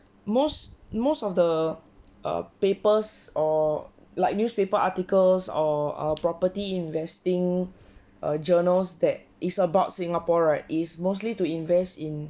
most most of the err papers or like newspaper articles or err property investing err journals that it's about singapore right is mostly to invest in